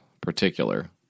particular